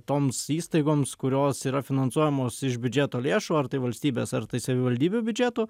toms įstaigoms kurios yra finansuojamos iš biudžeto lėšų ar tai valstybės ar savivaldybių biudžetų